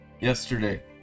yesterday